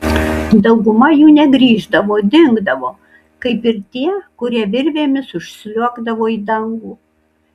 dauguma jų negrįždavo dingdavo kaip ir tie kurie virvėmis užsliuogdavo į dangų